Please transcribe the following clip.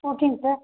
ஓகேங்க சார்